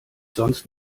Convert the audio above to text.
sonst